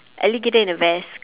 alligator in a vest